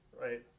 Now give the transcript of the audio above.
right